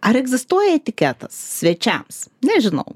ar egzistuoja etiketas svečiams nežinau